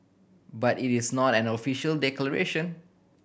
but it is not an official declaration